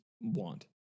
want